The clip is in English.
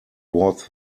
was